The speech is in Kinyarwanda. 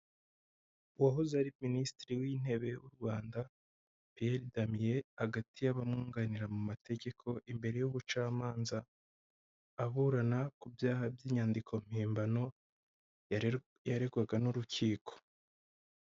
Uwahoze ari minisitiri w'intebe w'u Rwanda Pierre Damien hagati y'abamwunganira mu mategeko imbere y'ubucamanza, aburana ku byaha by'inyandiko mpimbano yaregwaga n'urukiko.